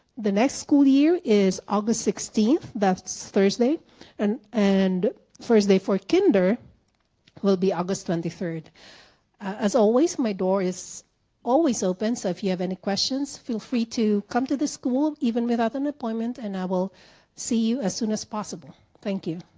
the next school year is august sixteenth that's thursday and and first day for kinder will be august twenty third as always my door is always open so if you have any questions feel free to come to the school even without an appointment and i will see you as soon as possible. thank you.